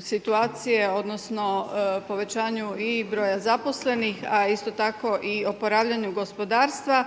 situacije, odnosno povećanju i broja zaposlenih, a isto tako i oporavljanju gospodarstva